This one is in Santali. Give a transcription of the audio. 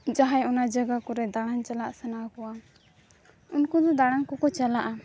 ᱡᱟᱦᱟᱸᱭ ᱚᱱᱟ ᱡᱟᱜᱟ ᱠᱚᱨᱮ ᱫᱟᱬᱟᱱ ᱪᱟᱞᱟᱜ ᱥᱟᱱᱟ ᱠᱚᱣᱟ ᱩᱱᱠᱩᱫᱚ ᱫᱟᱬᱟᱱ ᱠᱚᱠᱚ ᱪᱟᱞᱟᱜᱼᱟ